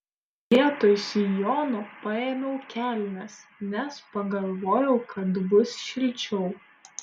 vietoj sijono paėmiau kelnes nes pagalvojau kad bus šilčiau